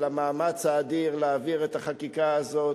על המאמץ האדיר להעביר את החקיקה הזאת,